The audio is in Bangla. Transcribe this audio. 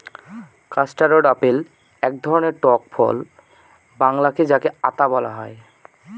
কাস্টারড আপেল এক ধরনের টক ফল বাংলাতে যাকে আঁতা বলে